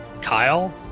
Kyle